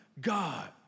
God